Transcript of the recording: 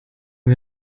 wir